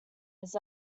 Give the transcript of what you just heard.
his